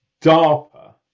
DARPA